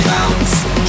Bounce